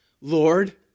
Lord